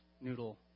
Noodle